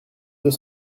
deux